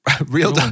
Real